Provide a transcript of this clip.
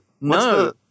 No